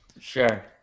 Sure